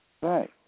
Right